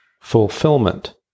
fulfillment